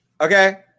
okay